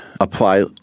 apply